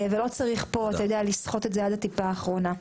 ולא צריך פה לסחוט את זה עד הטיפה האחרונה.